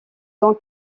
donc